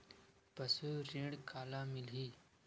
पशु ऋण काला मिलही?